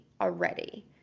already